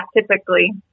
typically